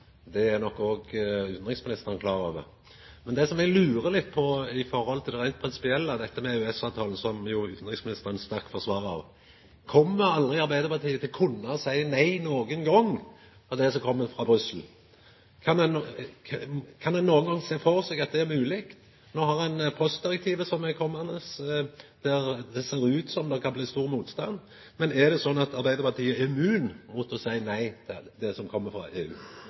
Det er nok òg utanriksministeren klar over. Det eg lurer litt på i forhold til det reint prinsipielle – dette med EØS-avtalen, som utanriksministeren sterkt forsvarer – er: Kjem aldri Arbeidarpartiet til å kunna seia nei nokon gong til det som kjem frå Brussel? Kan ein nokon gong sjå for seg at det er mogleg? No har me postdirektivet som kjem, der det ser ut til at det kan bli stor motstand. Er det sånn at Arbeidarpartiet er immunt mot å seia nei til det som kjem frå EU?